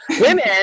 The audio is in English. Women